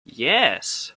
yes